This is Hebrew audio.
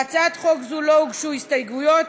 להצעת חוק זו לא הוגשו הסתייגויות,